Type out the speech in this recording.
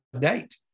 date